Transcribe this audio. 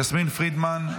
יסמין פרידמן,